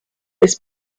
this